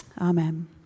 Amen